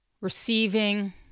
receiving